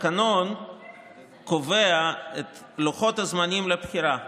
התקנון קובע את לוחות הזמנים לבחירה.